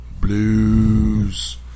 Blues